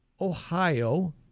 Ohio